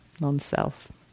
non-self